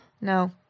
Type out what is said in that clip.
no